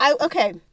okay